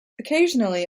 occasionally